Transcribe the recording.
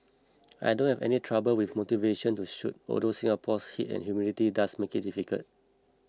I don't have any trouble with motivation to shoot although Singapore's heat and humidity does make it difficult